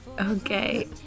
Okay